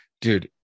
dude